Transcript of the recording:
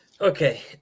Okay